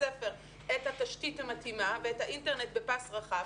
הספר את התשתית המתאימה ואת האינטרנט בפס רחב.